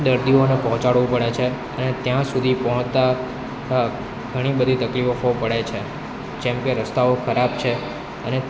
દર્દીઓને પહોંચાડવું પડે છે અને ત્યાં સુધી પહોંચતા ઘણી બધી તકલીફો પડે છે જેમકે રસ્તાઓ ખરાબ છે અને